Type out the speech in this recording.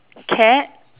cat